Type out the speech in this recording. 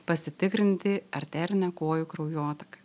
pasitikrinti arterinę kojų kraujotaką